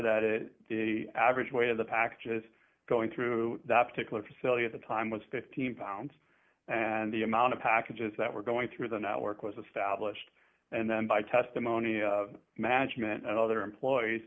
that it the average weight of the package is going through that particular facility at the time was fifteen pounds and the amount of packages that were going through the network was a stablished and then by testimony management and other employees